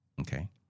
Okay